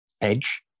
edge